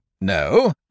No